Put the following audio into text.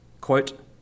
quote